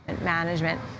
Management